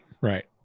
Right